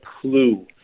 clue